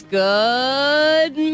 good